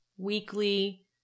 weekly